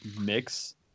mix